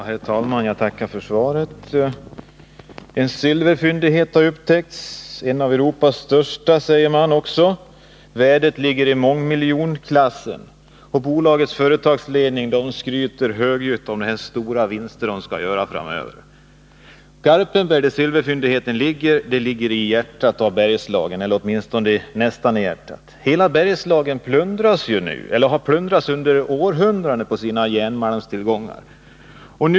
Herr talman! Jag tackar för svaret. En silverfyndighet har gjorts — en av Europas största, säger man. Värdet ligger i mångmiljonklassen. Bolagets företagsledning skryter högljutt med hur stora vinster man skall göra framöver. Garpenberg, där silverfyndigheten gjorts, ligger nästan i hjärtat av Bergslagen. Bergslagen har i århundraden plundrats på sina järnmalmstillgångar.